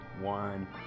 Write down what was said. one